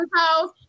house